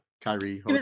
Kyrie